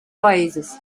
oasis